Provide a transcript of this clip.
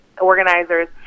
organizers